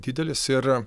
didelis ir